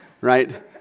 right